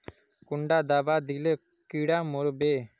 कुंडा दाबा दिले कीड़ा मोर बे?